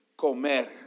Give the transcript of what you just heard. comer